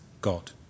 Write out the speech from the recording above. God